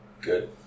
good